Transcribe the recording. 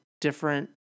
different